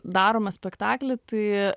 darome spektaklį tai